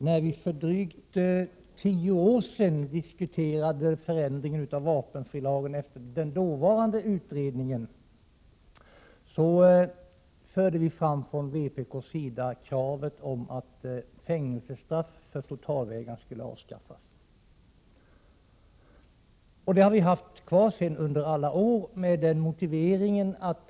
Herr talman! När vi för tio år sedan diskuterade förändringen av vapenfrilagen efter den då genomförda utredningen framförde vi från vpk kravet att fängelsestraffet för totalvägran skulle avskaffas. Denna inställning har vi hållit fast vid under alla år.